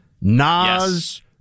Nas